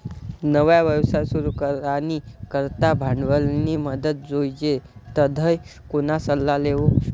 नवा व्यवसाय सुरू करानी करता भांडवलनी मदत जोइजे तधय कोणा सल्ला लेवो